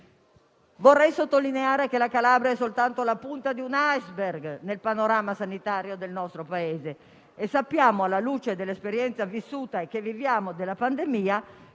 Vorrei sottolineare che la Calabria è soltanto la punta di un iceberg nel panorama sanitario del nostro Paese e, alla luce dell'esperienza vissuta e che viviamo della pandemia,